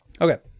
Okay